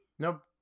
Nope